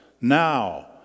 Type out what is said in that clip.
now